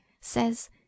says